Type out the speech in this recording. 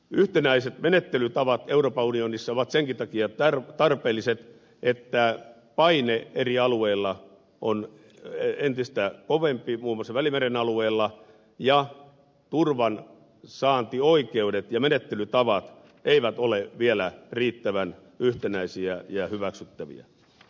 yhtenäiset menettelytavat euroopan unionissa ovat senkin takia tarpeelliset että paine eri alueilla on entistä kovempi muun muassa välimeren alueella ja turvansaantioikeudet ja menettelytavat eivät ole vielä riittävän yhtenäisiä ja hyväksyttäviä